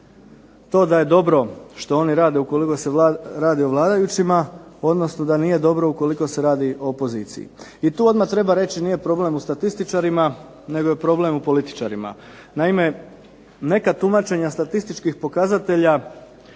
to što je dobro što oni radi ukoliko se radi o vladajućima, odnosno da nije dobro ukoliko se radi o opoziciji. I tu odmah treba reći nije problem u statističarima, nego je problem u političarima. Naime, neka tumačenja statističkih pokazatelja